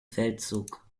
feldzug